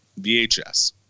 VHS